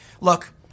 Look